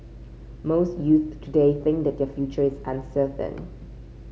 most youths today think that their future is uncertain